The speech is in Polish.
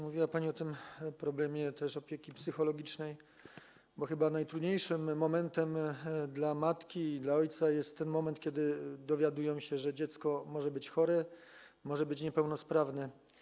Mówiła pani też o problemie opieki psychologicznej, bo chyba najtrudniejszym momentem dla matki i dla ojca jest ten moment, kiedy dowiadują się, że dziecko może być chore, może być niepełnosprawne.